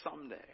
someday